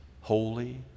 holy